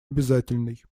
обязательной